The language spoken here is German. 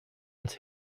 als